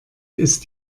ist